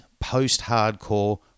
post-hardcore